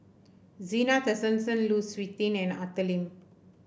Zena Tessensohn Lu Suitin and Arthur Lim